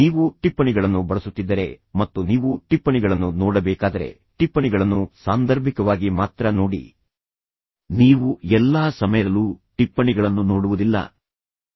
ನೀವು ಟಿಪ್ಪಣಿಗಳನ್ನು ಬಳಸುತ್ತಿದ್ದರೆ ಮತ್ತು ನೀವು ಟಿಪ್ಪಣಿಗಳನ್ನು ನೋಡಬೇಕಾದರೆ ಟಿಪ್ಪಣಿಗಳನ್ನು ಸಾಂದರ್ಭಿಕವಾಗಿ ಮಾತ್ರ ನೋಡಿ ನೀವು ಎಲ್ಲಾ ಸಮಯದಲ್ಲೂ ಟಿಪ್ಪಣಿಗಳನ್ನು ನೋಡುವುದಿಲ್ಲ ಮತ್ತು ಅದನ್ನು ಓದುವುದಿಲ್ಲ ಎಂದರ್ಥವೇನು